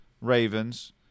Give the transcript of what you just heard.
Ravens